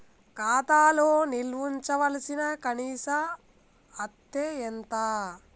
ఖాతా లో నిల్వుంచవలసిన కనీస అత్తే ఎంత?